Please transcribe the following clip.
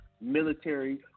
military